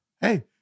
hey